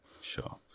Sure